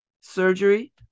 surgery